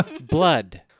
blood